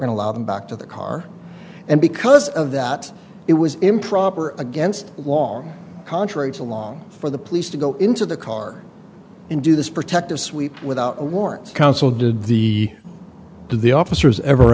to allow them back to the car and because of that it was improper against long contrary to long for the police to go into the car and do this protective sweep without a warrant counsel did the do the officers ever